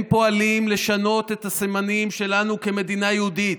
הם פועלים לשנות את הסממנים שלנו כמדינה יהודית.